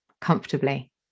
comfortably